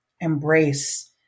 embrace